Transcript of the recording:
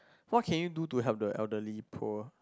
what can you do to help the elderly poor